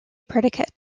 predicate